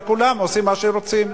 וכולם עושים מה שרוצים.